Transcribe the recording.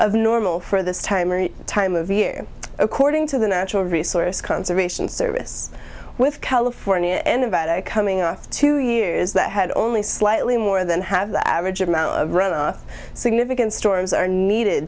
of normal for this time or time of year according to the natural resource conservation service with california and nevada coming off to use that had only slightly more than have the average amount of runoff significant storms are needed